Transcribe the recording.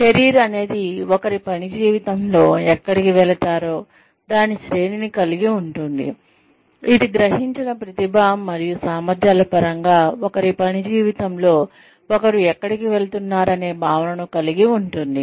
career అనేది ఒకరి పని జీవితంలో ఎక్కడికి వెళతారో దాని శ్రేణిని కలిగి ఉంటుంది ఇది గ్రహించిన ప్రతిభ మరియు సామర్ధ్యాల పరంగా ఒకరి పని జీవితంలో ఒకరు ఎక్కడికి వెళుతున్నారనే భావనను కలిగి ఉంటుంది